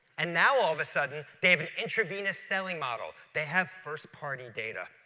and now all of a sudden, they have an intravenous selling model. they have first-party data.